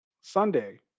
Sunday